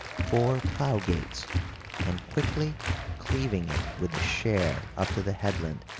four plough-gates and quickly cleaving it with share up to the headland,